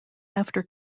after